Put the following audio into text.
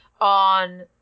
on